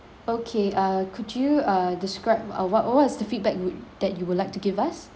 okay uh could you uh describe uh what what is the feedback would that you would like to give us